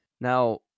Now